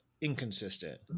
inconsistent